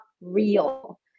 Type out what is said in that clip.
real